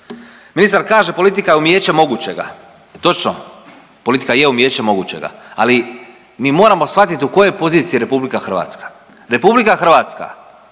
Ministar kaže politika je umijeće mogućega. Točno, politika je umijeće mogućega, ali mi moramo shvatiti u kojoj poziciji je RH. RH je potpisnica Daytonskog